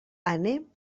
anem